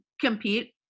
compete